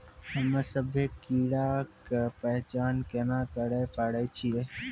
हम्मे सभ्भे कीड़ा के पहचान केना करे पाड़ै छियै?